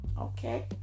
okay